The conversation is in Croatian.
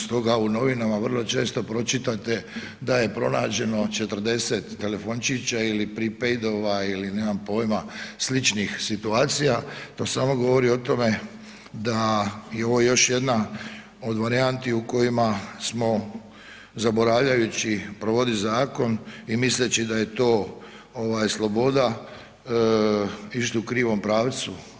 Stoga u novinama vrlo često pročitate da je pronađeno 40 telefončića ili prepaidova ili nemam poima sličnih situacija, to samo govori o tome da je ovo još jedna od varijanti u kojima smo zaboravljajući provodit zakon i misleći da je to ovaj sloboda išli u krivom pravcu.